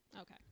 Okay